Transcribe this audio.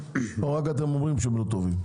או שאתם רק אומרים שהמחקרים לא טובים?